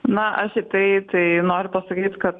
na aš tiktai tai noriu pasakyt kad